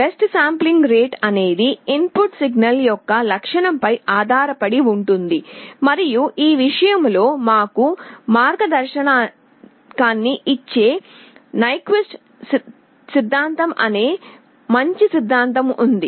best sampling rate అనేది input signal యొక్క లక్షణంపై ఆధారపడి ఉంటుంది మరియు ఈ విషయంలో మాకు మార్గదర్శకాన్ని ఇచ్చే నైక్విస్ట్ సిద్ధాంతం అనే మంచి సిద్ధాంతం ఉంది